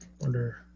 Wonder